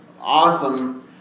awesome